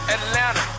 Atlanta